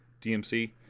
dmc